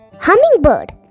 Hummingbird